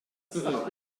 ffermwr